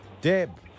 Deb